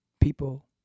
people